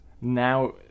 now